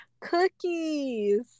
cookies